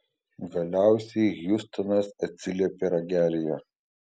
galiausiai hjustonas atsiliepė ragelyje